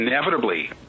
inevitably